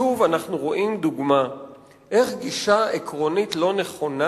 שוב אנחנו רואים דוגמה איך גישה עקרונית לא נכונה